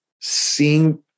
seeing